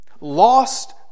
Lost